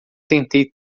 tentei